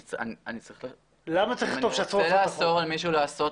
אני רוצה לאסור על מישהו לעשות,